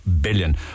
billion